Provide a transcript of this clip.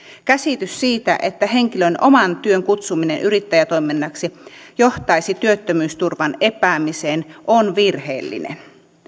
käsitys siitä että henkilön oman työn kutsuminen yrittäjätoiminnaksi johtaisi työttömyysturvan epäämiseen on virheellinen